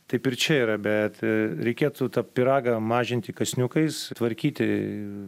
taip ir čia yra bet reikėtų tą pyragą mažinti kąsniukais tvarkyti